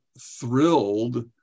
thrilled